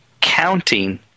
counting